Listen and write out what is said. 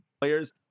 players